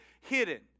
hidden